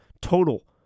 total